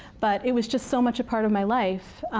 but it was just so much a part of my life